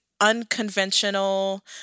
unconventional